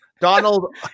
Donald